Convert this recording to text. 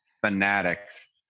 fanatics